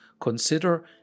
consider